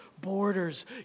borders